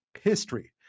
history